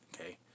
okay